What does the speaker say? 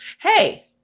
hey